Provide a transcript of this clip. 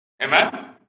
Amen